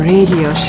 Radio